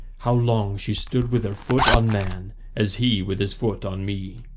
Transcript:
how long she stood with her foot on man as he with his foot on me.